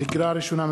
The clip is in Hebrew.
לקריאה ראשונה,